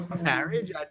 marriage